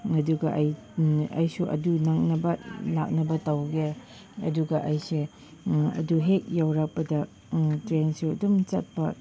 ꯑꯗꯨꯒ ꯑꯩ ꯑꯩꯁꯨ ꯑꯗꯨ ꯅꯪꯅꯕ ꯂꯥꯛꯅꯕ ꯇꯧꯒꯦ ꯑꯗꯨꯒ ꯑꯩꯁꯦ ꯑꯗꯨ ꯍꯦꯛ ꯌꯧꯔꯛꯄꯗ ꯇ꯭ꯔꯦꯟꯁꯨ ꯑꯗꯨꯝ ꯆꯠꯄ